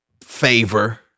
favor